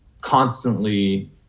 constantly